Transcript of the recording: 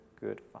good